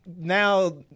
now